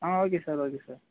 ah okay sir okay sir